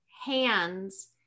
hands